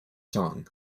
song